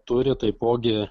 turi taipogi